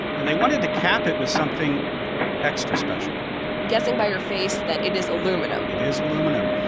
and they wanted to cap it with something extra special i'm guessing by your face that it is aluminum it is aluminum.